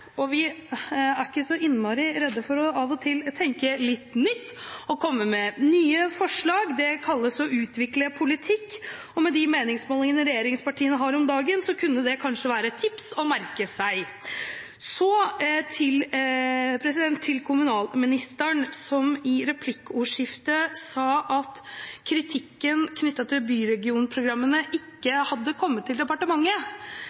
og vi er ikke så veldig redd for av og til å tenke litt nytt og komme med nye forslag. Det kalles å utvikle politikk, og med de meningsmålingene regjeringspartiene har om dagen, kunne det kanskje være et tips å merke seg. Så til kommunalministeren, som i replikkordskiftet sa at kritikken knyttet til byregionprogrammene